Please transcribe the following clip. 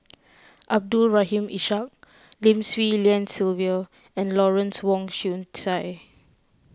Abdul Rahim Ishak Lim Swee Lian Sylvia and Lawrence Wong Shyun Tsai